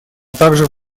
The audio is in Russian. также